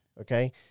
Okay